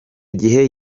gihe